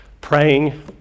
praying